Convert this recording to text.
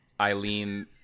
Eileen